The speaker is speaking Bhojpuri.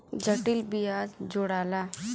जटिल बियाज जोड़ाला